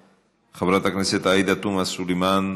חברת הכנסת עאידה תומא סלימאן,